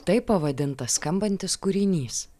taip pavadintas skambantis kūrinys